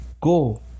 Go